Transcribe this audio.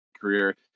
career